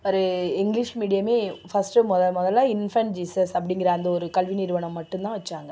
ஒரு இங்கிலீஷ் மீடியமே ஃபஸ்ட்டு மொதல் மொதலில் இன்ஃபென்ட் ஜீஸஸ் அப்படிங்கிற அந்த ஒரு கல்வி நிறுவனம் மட்டுந்தான் வெச்சாங்க